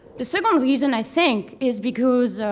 the second reason, i think, is because